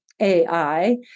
AI